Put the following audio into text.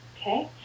okay